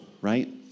right